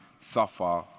suffer